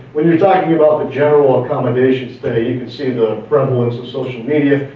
when you're talking about the general accommodations today, you can see the prevalence of social media.